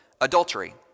adultery